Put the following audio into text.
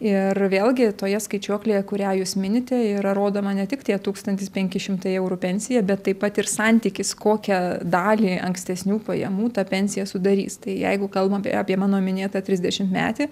ir vėlgi toje skaičiuoklėje kurią jūs minite yra rodoma ne tik tie tūkstantis penki šimtai eurų pensija bet taip pat ir santykis kokią dalį ankstesnių pajamų ta pensija sudarys tai jeigu kalbam apie mano minėtą trisdešimtmetį